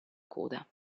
coda